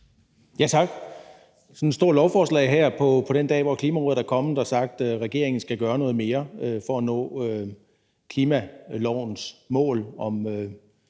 Tak. Sådan et stort lovforslag her på den dag, hvor Klimarådet er kommet og har sagt, at regeringen skal gøre noget mere for at nå klimalovens mål om